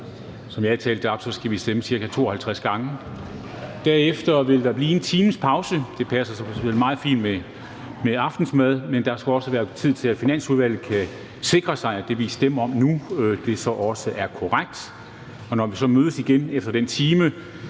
Som jeg har talt det op, skal vi stemme 52 gange. Derefter vil der blive en times pause – det passer selvfølgelig meget fint med aftensmad – der skal også være tid til, at Finansudvalget kan sikre sig, at det, vi stemmer om nu, så også er korrekt. Når vi så mødes igen efter den time,